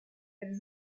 elle